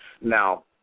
Now